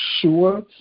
sure